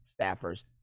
staffers